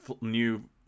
new